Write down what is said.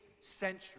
century